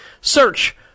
Search